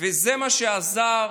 וזה מה שעזר,